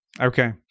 Okay